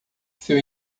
seu